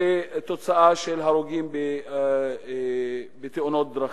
בתוצאה של הרוגים בתאונות דרכים.